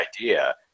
idea